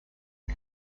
این